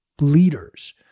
leaders